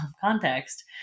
context